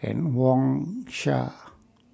and Wang Sha